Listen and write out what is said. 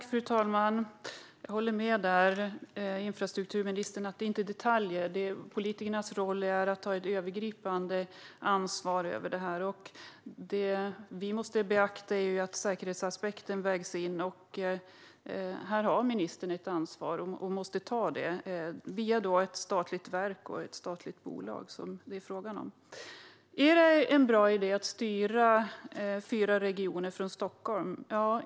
Fru talman! Jag håller med infrastrukturministern: Det handlar inte om detaljer. Politikernas roll är att ta ett övergripande ansvar för det här. Det vi måste beakta är att säkerhetsaspekten vägs in, och här har ministern ett ansvar och måste ta det, via ett statligt verk och ett statligt bolag som det är fråga om. Är det en bra idé att styra fyra regioner från Stockholm?